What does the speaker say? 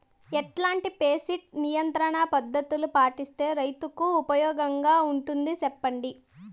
ఎట్లాంటి పెస్ట్ నియంత్రణ పద్ధతులు పాటిస్తే, రైతుకు ఉపయోగంగా ఉంటుంది సెప్పండి?